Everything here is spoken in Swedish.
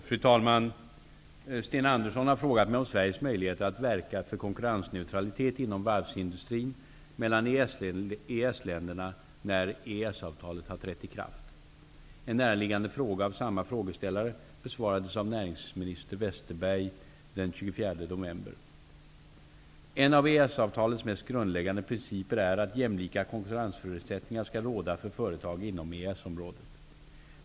Fru talman! Sten Andersson i Malmö har frågat mig om Sveriges möjligheter att verka för konkurrensneutralitet inom varvsindustrin mellan EES-länderna när EES-avtalet trätt i kraft. En näraliggande fråga av samma frågeställare besvarades av näringsminister Westerberg den 24 En av EES-avtalets mest grundläggande principer är att jämlika konkurrensförutsättningar skall råda för företag inom EES-området.